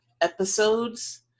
episodes